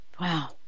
Wow